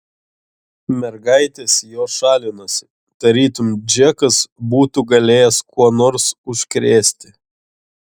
mergaitės jo šalinosi tarytum džekas būtų galėjęs kuo nors užkrėsti